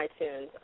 iTunes